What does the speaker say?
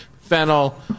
fennel